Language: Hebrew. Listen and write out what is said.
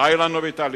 די לנו בתהליכים,